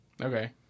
okay